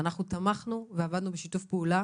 ואנחנו תמכנו ועבדנו בשיתוף פעולה